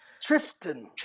Tristan